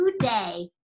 today